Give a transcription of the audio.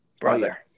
brother